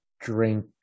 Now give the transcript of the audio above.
drink